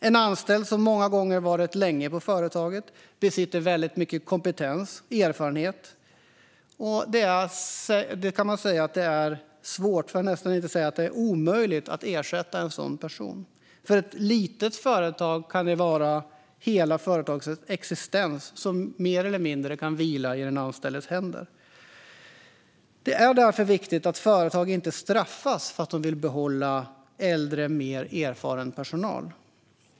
En anställd som många gånger varit länge på företaget och besitter mycket kompetens och erfarenhet är det svårt, för att inte säga omöjligt, att ersätta. För ett litet företag kan det vara hela företagets existens som mer eller mindre vilar i den anställdes händer. Det är därför viktigt att företag inte straffas för att de vill behålla äldre och mer erfaren personal.